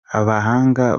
abahanga